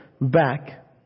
back